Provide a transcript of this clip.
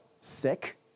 sick